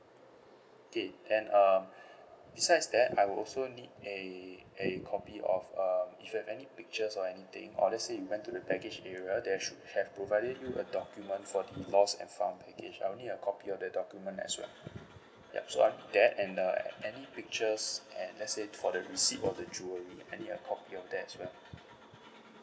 okay and um besides that I will also need a a copy of um if you have any pictures or anything or let's say you went to the baggage area they should have provided you a document for the lost and found baggage I will need a copy of that document as well ya so and that and uh any pictures and let's say for the receipt of the jewellery I need a copy of that as well